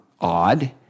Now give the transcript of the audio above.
odd